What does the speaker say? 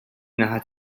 naħa